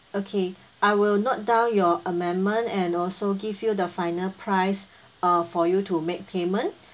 okay I will note down your amendment and also give you the final price uh for you to make payment